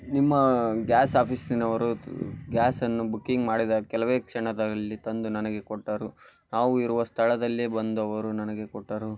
ನಿಮ್ಮ ಗ್ಯಾಸ್ ಆಫಿಸ್ಸಿನವರು ತ್ ಗ್ಯಾಸನ್ನು ಬುಕ್ಕಿಂಗ್ ಮಾಡಿದ ಕೆಲವೇ ಕ್ಷಣದಲ್ಲಿ ತಂದು ನನಗೆ ಕೊಟ್ಟರು ನಾವು ಇರುವ ಸ್ಥಳದಲ್ಲೇ ಬಂದು ಅವರು ನನಗೆ ಕೊಟ್ಟರು